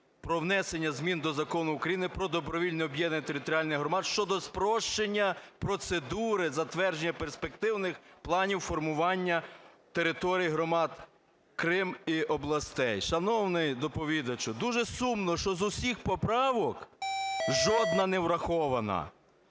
про внесення змін до Закону України "Про добровільне об'єднання територіальних громад" (щодо спрощення процедури затвердження перспективних планів формування територій громад, Крим і областей). Шановний доповідачу, дуже сумно, що з усіх поправок жодна не врахована.